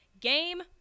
game